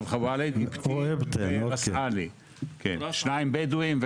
הם ואיבטין שניים בדואים,